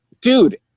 dude